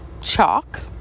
Chalk